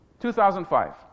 2005